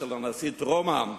אצל הנשיא טרומן,